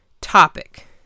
Topic